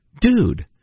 Dude